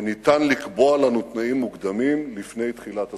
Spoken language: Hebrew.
שניתן לקבוע לנו תנאים מוקדמים לפני תחילת השיחות.